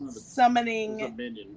Summoning